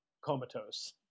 comatose